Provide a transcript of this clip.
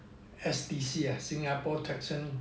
S_T_C ah singapore texan